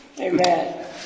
Amen